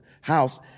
house